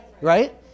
Right